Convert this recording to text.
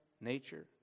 Nature